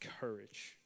courage